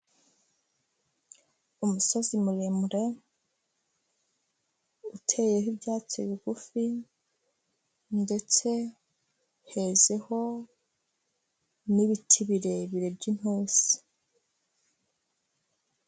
Umusozi muremure uteyeho ibyatsi bigufi ndetse hezeho n'ibiti birebire by'intusi.